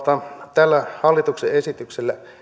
tällä hallituksen esityksellä